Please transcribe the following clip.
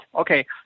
Okay